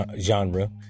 genre